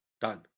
done